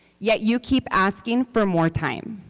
yet you keep asking for more time.